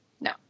No